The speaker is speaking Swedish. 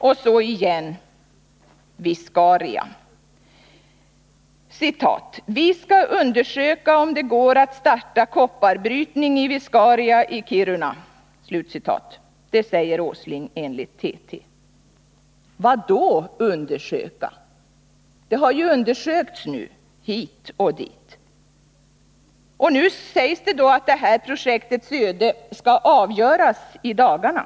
Och så igen: Viscaria. ”Vi skall undersöka om det går att starta kopparbrytning i Viscaria i Kiruna.” Så säger herr Åsling enligt TT. Vad skall egentligen undersökas? Det har ju redan undersökts hit och dit. Och nu sägs det att det här projektets öde skall avgöras i dagarna.